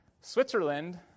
Switzerland